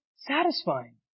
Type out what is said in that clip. Satisfying